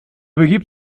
begibt